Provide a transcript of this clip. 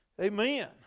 Amen